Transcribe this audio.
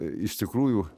iš tikrųjų